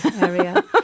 area